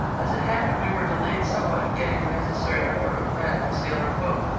as it happened, we were delayed somewhat in getting the necessary number of men to sail our boat.